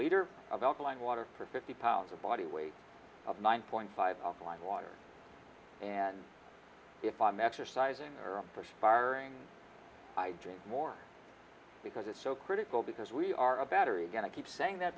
leader of alkaline water for fifty pounds a body weight of nine point five offline water and if i'm exercising or perspiring i drink more because it's so critical because we are a battery again i keep saying that